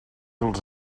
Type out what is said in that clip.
els